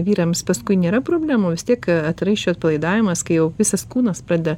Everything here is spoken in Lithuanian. vyrams paskui nėra problemų vis tiek vat raiščių atpalaidavimas kai visas kūnas pradeda